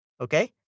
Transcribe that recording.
Okay